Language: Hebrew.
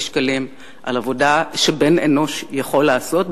שקלים על עבודה שבן-אנוש יכול לעשות,